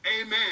Amen